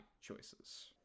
choices